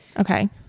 Okay